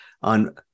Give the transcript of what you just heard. on